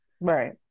Right